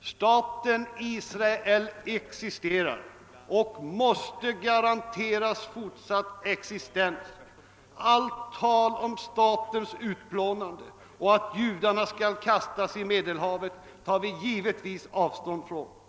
Staten Israel existerar och måste garanteras fortsatt existens. Allt tal om sta tens utplånande och om att judarna skall kastas i Medelhavet tar vi givetvis avstånd från.